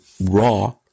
Raw